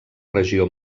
regió